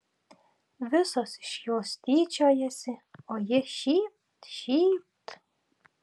visos iš jos tyčiojasi o ji šypt šypt